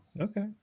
Okay